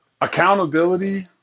accountability